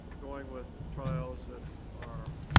going with trials that are.